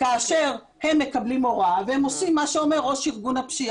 כאשר הם מקבלים הוראה והם עושים מה שאומר ראש ארגון הפשיעה.